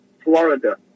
Florida